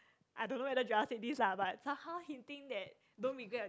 I don't know whether Joel said this lah but somehow hinting that don't regret